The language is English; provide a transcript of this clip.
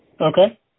Okay